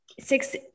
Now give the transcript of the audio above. six